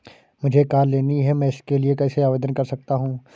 मुझे कार लेनी है मैं इसके लिए कैसे आवेदन कर सकता हूँ?